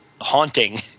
haunting